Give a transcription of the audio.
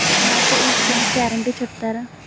నాకు ఈ schemes guarantee చెప్తారా?